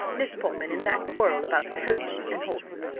miss portman, in that quarrel about the coach and horses,